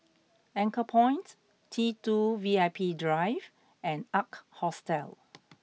Anchorpoint T two V I P Drive and Ark Hostel